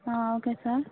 okay sir